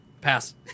Pass